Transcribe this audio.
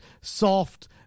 soft